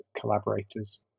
collaborators